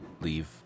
leave